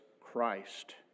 Christ